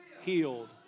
healed